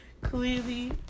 Clearly